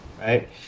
right